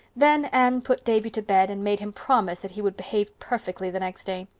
then anne put davy to bed and made him promise that he would behave perfectly the next day.